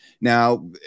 Now